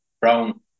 Brown